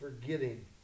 Forgetting